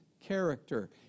character